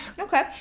Okay